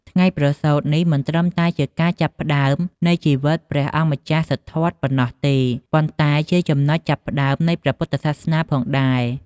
ថ្ងៃប្រសូតនេះមិនត្រឹមតែជាការចាប់ផ្ដើមនៃជីវិតព្រះអង្គម្ចាស់សិទ្ធត្ថប៉ុណ្ណោះទេ ប៉ុន្តែវាក៏ជាចំណុចចាប់ផ្ដើមនៃព្រះពុទ្ធសាសនាផងដែរ។